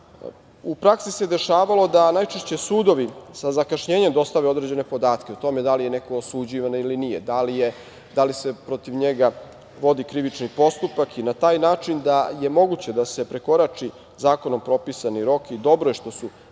praksi se dešavalo da najčešće sudovi sa zakašnjenjem dostave određene podatke o tome da li je neko osuđivan ili nije, da li se protiv njega vodi krivični postupak i na taj način da je moguće da se prekorači zakonom propisani rok i dobro je što su načinjene